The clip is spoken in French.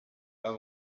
pas